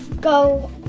go